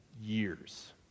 years